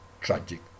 tragic